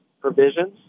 provisions